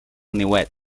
niuet